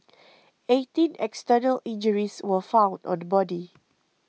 eighteen external injuries were found on the body